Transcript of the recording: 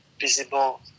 visible